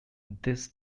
this